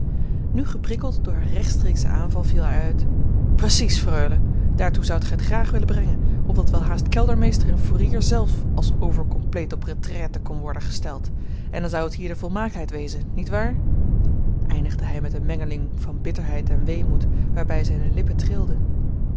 nu geprikkeld door haar rechtstreekschen aanval viel hij uit precies freule daartoe zoudt gij het graag willen brengen opdat welhaast keldermeester en foerier zelf als overcompleet op retraite kon worden gesteld en dan zou het hier de volmaaktheid wezen niet waar eindigde hij met eene mengeling van bitterheid en weemoed waarbij zijne lippen trilden